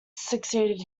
succeeded